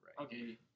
Okay